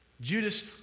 Judas